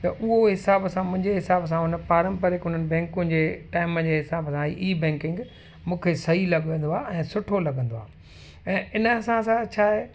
त उहो हिसाब सां मुंहिंजे हिसाब सां उन पारंपरिक उन्हनि बैंकुनि जे टाइम जे हिसाब सां ई बैंकिंग मूंखे सही लॻंदो आहे ऐं सुठो लॻंदो आहे ऐं इनसां असां छाहे